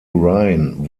ryan